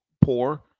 poor